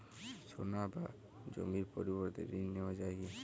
সোনা বা জমির পরিবর্তে ঋণ নেওয়া যায় কী?